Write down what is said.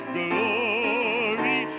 glory